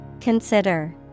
consider